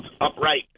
upright